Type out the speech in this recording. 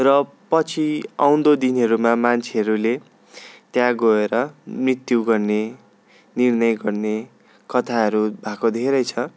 र पछि आउँदो दिनहरूमा मान्छेहरूले त्यहाँ गएर मृत्यु गर्ने निर्णय गर्ने कथाहरू भएको धेरै छ